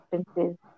expenses